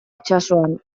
itsasoan